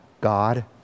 God